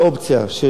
זה יכול לקרות,